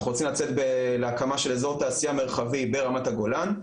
אנחנו רוצים לצאת להקמה של אזור תעשייה מרחבי ברמת הגולן,